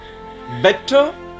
better